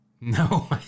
No